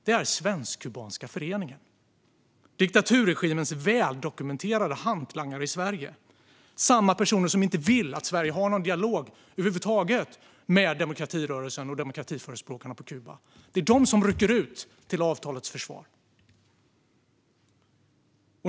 Det är Svensk-Kubanska Föreningen, diktaturregimens väldokumenterade hantlangare i Sverige, samma personer som inte vill att Sverige har någon dialog över huvud taget med demokratirörelsen och demokratiförespråkarna på Kuba. Det är de som rycker ut till avtalets försvar.